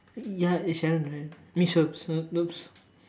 ya it's Sharon right I mean sh~ sh~ !oops!